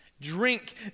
Drink